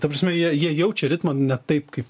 ta prasme jie jie jaučia ritmą ne taip kaip